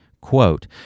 quote